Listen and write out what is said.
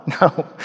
No